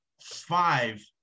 five